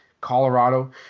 Colorado